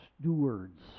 stewards